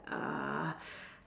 uh